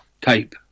type